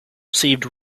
received